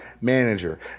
manager